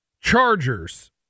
Chargers